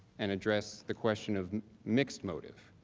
and addressed the question of mixed motive.